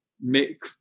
make